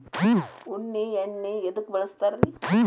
ಉಣ್ಣಿ ಎಣ್ಣಿ ಎದ್ಕ ಬಳಸ್ತಾರ್?